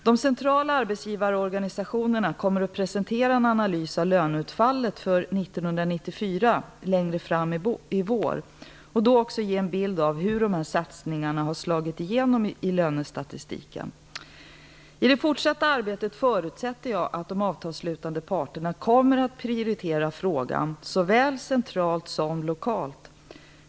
De centrala arbetsgivarorganisationerna kommer att presentera en analys av löneutfallet för år 1994 längre fram i vår och då ge en bild av hur satsningarna slagit igenom i lönestatistiken. I det fortsatta arbetet förutsätter jag att de avtalsslutande parterna kommer att prioritera frågan såväl centralt som lokalt.